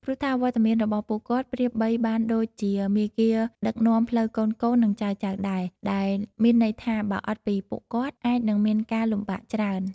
ព្រោះថា វត្តមានរបស់ពួកគាត់ប្រៀបបីបានដូចជាមាគ៌ាដឹកនាំផ្លូវកូនៗ និងចៅៗដែរ ដែលមានន័យថា បើអត់ពីពួកគាត់ អាចនឹងមានការលំបាកច្រើន។